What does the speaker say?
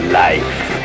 life